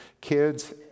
Kids